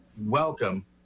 Welcome